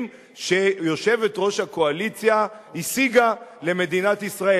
שיושבת-ראש הקואליציה השיגה למדינת ישראל.